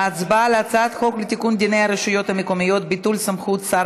ההצבעה על הצעת חוק לתיקון דיני הרשויות המקומיות (ביטול סמכות שר